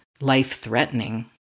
life-threatening